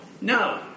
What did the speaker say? No